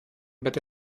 bitte